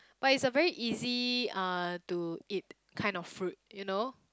but it's a very easy uh to eat kind of fruit you know